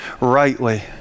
rightly